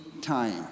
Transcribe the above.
time